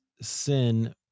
sin